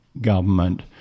government